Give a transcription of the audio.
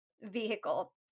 vehicle